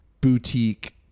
boutique